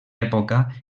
època